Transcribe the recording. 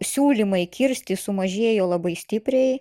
siūlymai kirsti sumažėjo labai stipriai